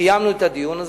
קיימנו את הדיון הזה,